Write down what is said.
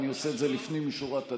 אני עושה את זה לפנים משורת הדין.